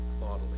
bodily